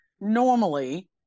normally